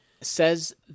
says